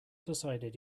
decided